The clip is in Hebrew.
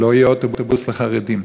לא יהיו אוטובוסים לחרדים.